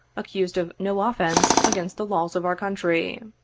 accused of no offence against the laws of our country.